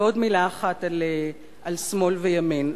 ועוד מלה אחת על שמאל וימין.